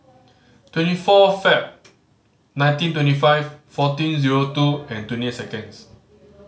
twenty four Feb nineteen twenty five fourteen zero two and twenty eight seconds